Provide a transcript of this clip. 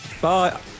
bye